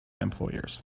employers